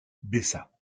baissa